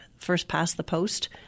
first-past-the-post